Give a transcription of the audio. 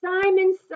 Simon